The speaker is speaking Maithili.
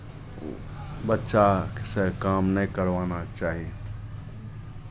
बच्चासँ काम नहि करवाना चाही